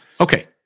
Okay